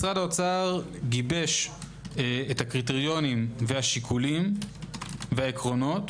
משרד האוצר גיבש את הקריטריונים והשיקולים והעקרונות